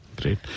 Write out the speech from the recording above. Great